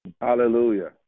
Hallelujah